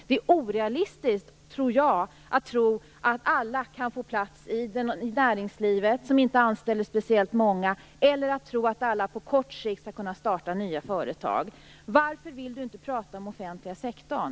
Det är orealistiskt att tro att alla kan få plats i näringslivet, som inte anställer speciellt många, eller att tro att alla på kort sikt skall kunna starta nya företag. Varför vill inte Per Unckel tala om den offentliga sektorn?